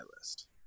list